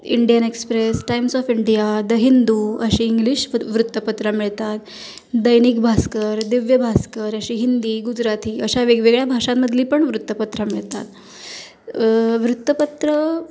Indian Express Times of India the Hindu अशी English वू वृत्तपत्रं मिळतात दैनिक भास्कर दिव्यभास्कर अशी हिंदी गुजराती अशा वेगवेगळ्या भाषांमधली पण वृत्तपत्रं मिळतात वृत्तपत्रं